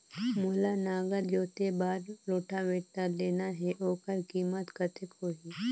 मोला नागर जोते बार रोटावेटर लेना हे ओकर कीमत कतेक होही?